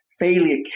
failure